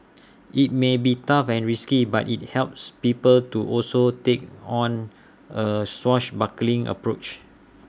IT may be tough and risky but IT helps people to also take on A swashbuckling approach